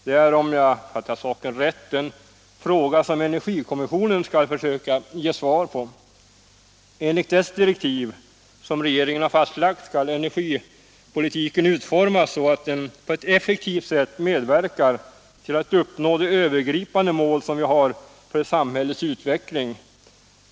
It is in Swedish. Det är, om jag har fattat saken rätt, en fråga som energikommissionen skall försöka ge svar på. Enligt dess direktiv, som regeringen har fastlagt, skall energipolitiken utformas så att den på ett effektivt sätt medverkar till att uppnå det övergripande mål som vi har för samhällets utveckling.